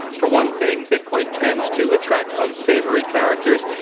for one thing, bitcoin tends to attract unsavory characters,